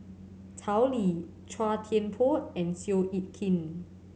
Tao Li Chua Thian Poh and Seow Yit Kin